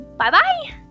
Bye-bye